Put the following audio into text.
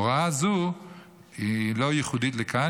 הוראה זו היא לא ייחודית לכאן,